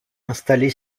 installé